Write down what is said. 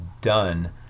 done